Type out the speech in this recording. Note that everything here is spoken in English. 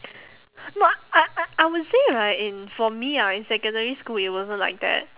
no I I I would say right in for me ah in secondary school it wasn't like that